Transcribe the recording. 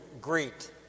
greet